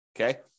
Okay